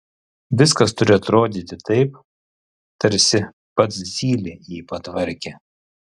viskas turi atrodyti taip tarsi pats zylė jį patvarkė